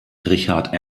richard